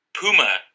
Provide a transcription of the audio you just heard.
Puma